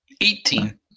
Eighteen